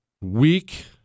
weak